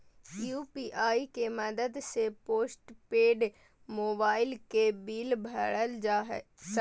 UPI के मदद से पोस्टपेड मोबाइल के बिल भरल जा सको हय